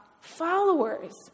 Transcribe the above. followers